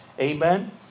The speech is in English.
amen